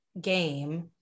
game